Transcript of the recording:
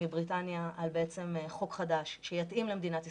מבריטניה על חוק חדש שיתאים למדינת ישראל.